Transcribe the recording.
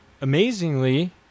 amazingly